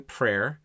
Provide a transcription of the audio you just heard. prayer